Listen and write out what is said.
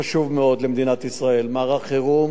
לפני כשנה וחצי קיבלתי את המערך,